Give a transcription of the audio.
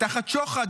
תחת שוחד,